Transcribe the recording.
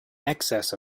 excess